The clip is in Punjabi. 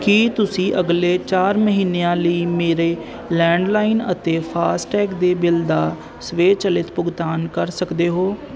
ਕੀ ਤੁਸੀਂਂ ਅਗਲੇ ਚਾਰ ਮਹੀਨਿਆਂ ਲਈ ਮੇਰੇ ਲੈਂਡਲਾਈਨ ਅਤੇ ਫਾਸਟੈਗ ਦੇ ਬਿੱਲ ਦਾ ਸਵੈਚਲਿਤ ਭੁਗਤਾਨ ਕਰ ਸਕਦੇ ਹੋ